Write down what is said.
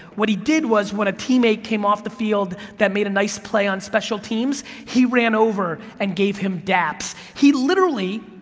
what he did was when a teammate came off the field that made a nice play on special teams, he ran over and gave him dapps. he literally,